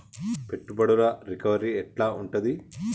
పెట్టుబడుల రికవరీ ఎట్ల ఉంటది?